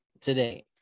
today